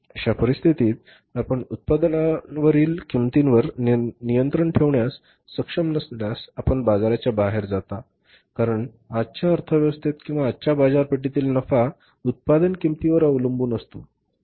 अशा परिस्थितीत आपण उत्पादनावरील किंमतीवर नियंत्रण ठेवण्यास सक्षम नसल्यास आपण बाजाराच्या बाहेर आहात कारण आजच्या अर्थव्यवस्थेत किंवा आजच्या बाजारपेठेतील नफा उत्पादन किंमतीवर अवलंबून असतो